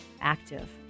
active